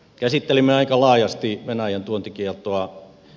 käsittelimme aika laajasti venäjän tuontikieltoa